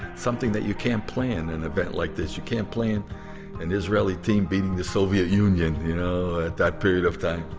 something that you can't plan, an event like this, you can't plan an israeli team beating the soviet union, you know, at that period of time.